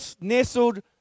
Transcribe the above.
nestled